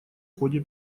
ходе